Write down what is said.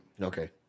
Okay